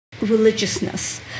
Religiousness